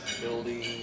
building